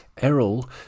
Errol